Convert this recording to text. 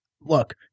look